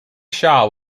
shaw